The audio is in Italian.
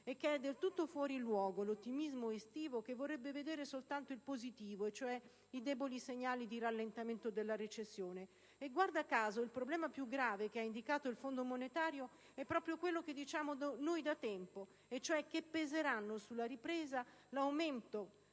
e che è del tutto fuori luogo l'ottimismo estivo che vorrebbe vedere soltanto il positivo, e cioè i deboli segnali di rallentamento della recessione. E, guarda caso, il problema più grave che ha indicato il Fondo monetario è proprio quello che diciamo noi da tempo, e cioè che peserà sulla ripresa l'aumento